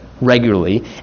regularly